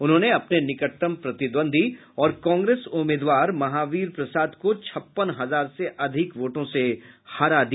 उन्होंने अपने निकटतम प्रतिद्वंद्वी और कांग्रेस उम्मीदवार महावीर प्रसाद को छप्पन हजार से अधिक वोटों से हराया